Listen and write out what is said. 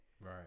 Right